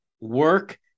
Work